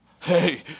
hey